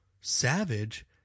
savage